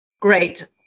Great